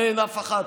הרי אין אף אחת.